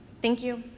thank you.